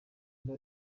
imva